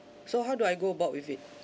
so how do I go about with it